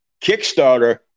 Kickstarter